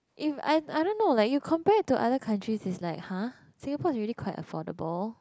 if I I don't know like you compare to other countries is like !huh! Singapore is really quite affordable